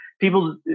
people